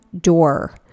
door